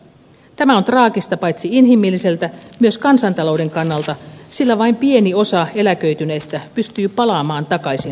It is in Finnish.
tämä on traagista paitsi inhimilliseltä myös kansantalouden kannalta sillä vain pieni osa eläköityneistä pystyy palaamaan takaisin töihin